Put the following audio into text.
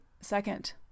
second